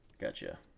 Gotcha